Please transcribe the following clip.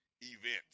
event